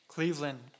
Cleveland